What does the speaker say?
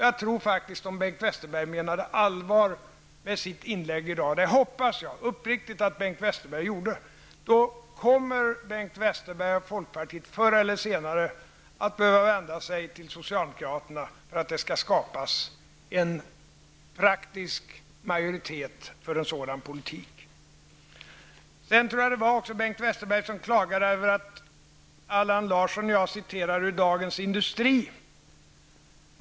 Jag tror faktiskt att om Bengt Westerberg menade allvar med sitt inlägg i dag -- jag hoppas verkligen att han gjorde det -- så kommer Bengt Westerberg och folkpartiet förr eller senare behöva vända sig till socialdemokraterna för att skapa en praktisk majoritet för en sådan politik. Bengt Westerberg klagade över att Allan Larsson jag citerade ur Dagens Industri.